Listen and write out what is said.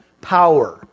power